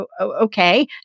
okay